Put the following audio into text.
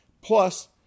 plus